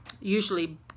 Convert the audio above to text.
usually